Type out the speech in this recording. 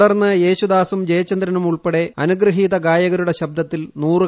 തുടർന്ന് യേശുദാസും ജയചന്ദ്രനും ഉൾപ്പെടെ അനുഗൃഹിത ഗായകരുടെ ശബ്ദത്തിൽ പെരിയാറേ